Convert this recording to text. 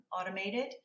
automated